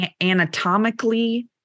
Anatomically